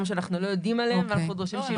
שאנחנו לא יודעים עליהם ואנחנו דורשים שיבדקו אותם.